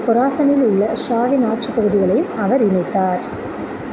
கொராசனில் உள்ள ஷாவின் ஆட்சிப் பகுதிகளையும் அவர் இணைத்தார்